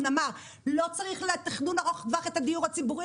אמר לא צריך ארוך טווח על הדיון הציבורי,